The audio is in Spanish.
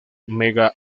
mega